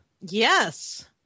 yes